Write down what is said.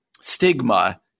stigma